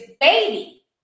baby